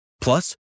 Plus